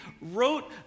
wrote